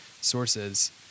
sources